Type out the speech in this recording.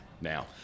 now